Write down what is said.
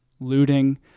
looting